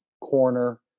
corner